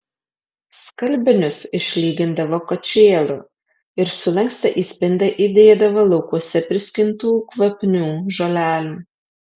skalbinius išlygindavo kočėlu ir sulankstę į spintą įdėdavo laukuose priskintų kvapnių žolelių